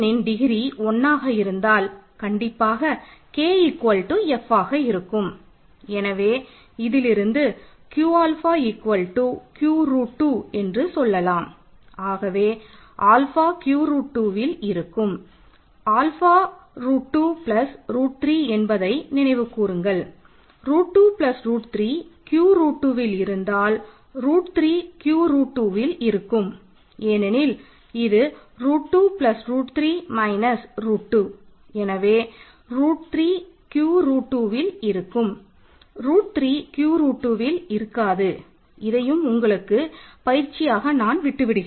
K colon 2வில் இருக்காது இதையும் உங்களுக்குப் பயிற்சியாக நான் விட்டு விடுகிறேன்